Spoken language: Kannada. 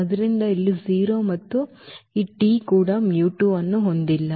ಆದ್ದರಿಂದ ಇಲ್ಲಿ 0 ಮತ್ತು ಈ t ಕೂಡ ಅನ್ನು ಹೊಂದಿಲ್ಲ